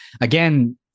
Again